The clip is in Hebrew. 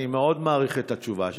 אני מאוד מעריך את התשובה שלך.